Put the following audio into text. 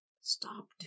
Stop